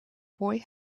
boy